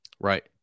Right